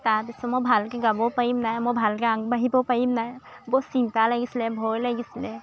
তাৰপিছত মই ভালকৈ গাব পাৰিম নাই মই ভালকৈ আগবাঢ়িব পাৰিম নাই বহুত চিন্তা লাগিছিলে ভয় লাগিছিলে